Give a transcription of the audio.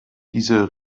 dieser